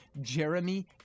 Jeremy